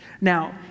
Now